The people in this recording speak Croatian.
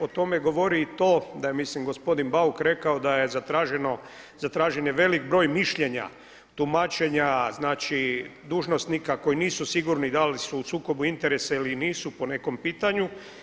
O tome govori i to da je mislim gospodin Bauk rekao da je zatraženo, zatražen je velik broj mišljenja, tumačenja znači dužnosnika koji nisu sigurni da li su u sukobu interesa ili nisu po nekom pitanju.